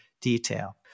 detail